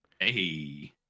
Hey